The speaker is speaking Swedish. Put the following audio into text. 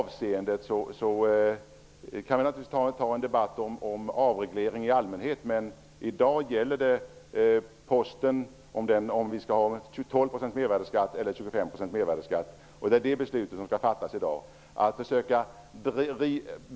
Vi kan naturligtvis ta en debatt om avreglering i allmänhet, men i dag gäller det huruvida vi skall ha 12 eller 25 % mervärdesskatt på brevporto. Det är det beslutet som skall fattas i dag.